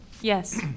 Yes